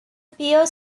pure